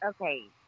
Okay